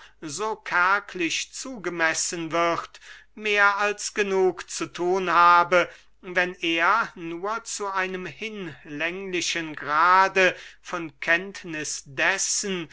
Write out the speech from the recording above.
so kärglich zugemessen wird mehr als genug zu thun habe wenn er nur zu einem hinlänglichen grade von kenntniß dessen